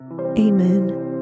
Amen